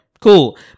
Cool